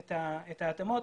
את ההתאמות.